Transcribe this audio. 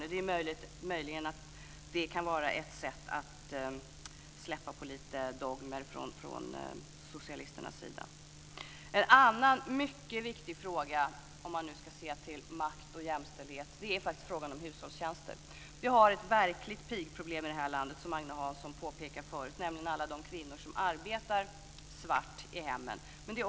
Och det är möjligt att det kan vara ett sätt att släppa på lite dogmer från socialisternas sida. En annan mycket viktig angelägenhet när det gäller makt och jämställdhet är faktiskt frågan om hushållstjänster. Vi har, som Agne Hansson tidigare påpekat, ett verkligt pigproblem i vårt land, nämligen alla de kvinnor som arbetar svart i hemmen.